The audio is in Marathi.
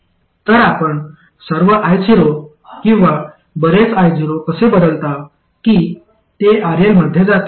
तर आपण सर्व io किंवा बरेच io कसे बनवता कि ते RL मध्ये जाते